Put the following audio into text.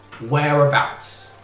Whereabouts